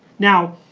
now,